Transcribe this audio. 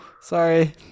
sorry